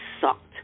sucked